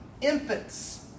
infants